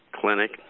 clinic